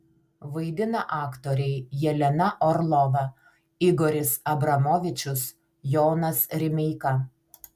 vaidina aktoriai jelena orlova igoris abramovičius jonas rimeika